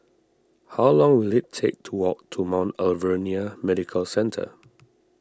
how long will it take to walk to Mount Alvernia Medical Centre